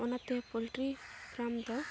ᱚᱱᱟᱛᱮ poultry farm ᱫᱚ